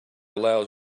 allows